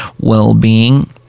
well-being